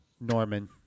Norman